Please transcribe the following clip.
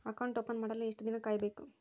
Account open ಮಾಡಲು ಎಷ್ಟು ದಿನ ಕಾಯಬೇಕು?